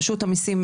רשות המיסים,